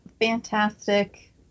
fantastic